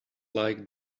like